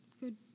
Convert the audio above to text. Good